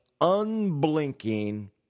unblinking